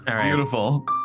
beautiful